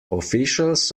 officials